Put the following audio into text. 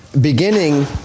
beginning